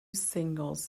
singles